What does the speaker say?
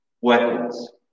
weapons